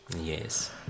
Yes